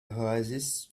oasis